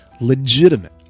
Legitimate